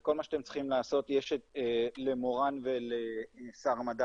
וכל מה שאתם צריכים לעשות יש למורן ולשר המדע